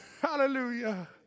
Hallelujah